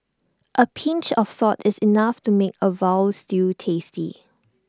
A pinch of salt is enough to make A Veal Stew tasty